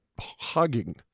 hugging